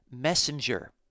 messenger